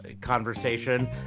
conversation